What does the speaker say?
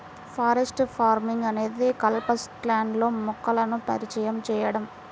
forest farming అనేది కలప స్టాండ్లో మొక్కలను పరిచయం చేయడం